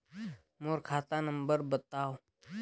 मोर खाता नम्बर बताव?